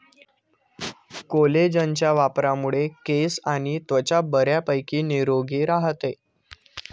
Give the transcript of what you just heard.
कोलेजनच्या वापरामुळे केस आणि त्वचा बऱ्यापैकी निरोगी राहते